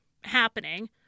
happening